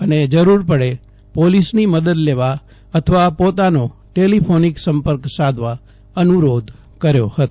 અને જરૂર પડવે પોલીસની મદદ લેવા અથવા પોતાનો ટેલીફોનીક સંપર્ક સાધવા અનુરોધ કર્યો હતો